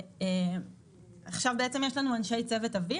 לגבי אנשי צוות אוויר.